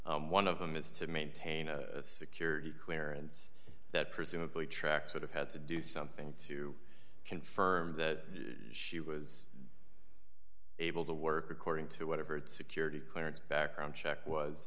was one of them is to maintain a security clearance that presumably tracks would have had to do something to confirm that she was able to work according to whatever its security clearance background check was